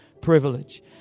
privilege